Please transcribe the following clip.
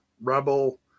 Rebel